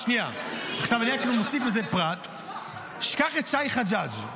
עכשיו אני מוסיף לזה פרט - קח את שי חג'ג',